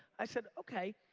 i said, okay,